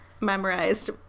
memorized